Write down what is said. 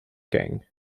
gang